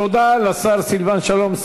תודה לשר הפנים סילבן שלום.